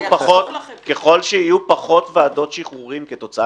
ככל שיהיו פחות ועדות שחרורים כתוצאה